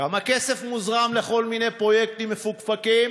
כמה כסף מוזרם לכל מיני פרויקטים מפוקפקים